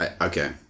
Okay